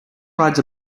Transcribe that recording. rides